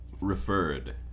Referred